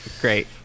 Great